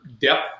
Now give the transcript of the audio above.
depth